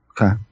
Okay